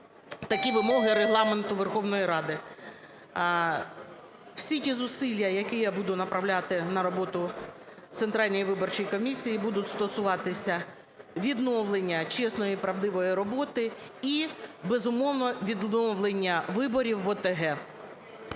такі вимоги Регламенту Верховної Ради. Всі ті зусилля, які я буду направляти на роботу Центральної виборчої комісії, будуть стосуватися відновлення чесної і правдивої роботи і, безумовно, відновлення виборів в ОТГ.